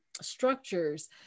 structures